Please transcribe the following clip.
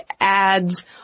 ads